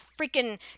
freaking